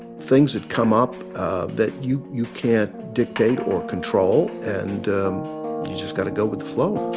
things that come up that you you can't dictate or control. and you just got to go with the flow